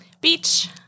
Beach